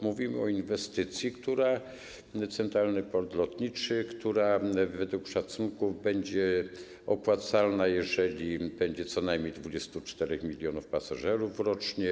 Mówimy o inwestycji centralnego portu lotniczego, która według szacunków będzie opłacalna, jeżeli będzie co najmniej 24 mln pasażerów rocznie.